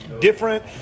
different